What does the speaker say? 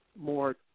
more